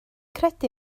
credu